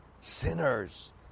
sinners